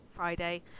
Friday